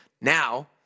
Now